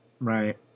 Right